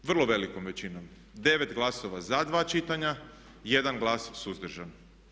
Vrlo velikom većinom, 9 glasova za dva čitanja i 1 glas suzdržan.